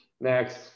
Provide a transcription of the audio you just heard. Next